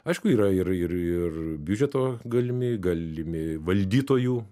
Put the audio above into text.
aišku yra ir ir ir biudžeto galimi galimi valdytojų